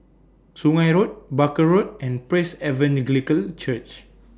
Sungei Road Barker Road and Praise Evangelical Church